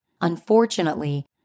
unfortunately